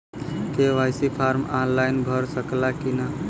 KYC form online भरा सकला की ना?